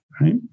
right